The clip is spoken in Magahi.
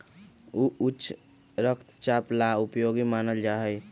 ऊ उच्च रक्तचाप ला उपयोगी मानल जाहई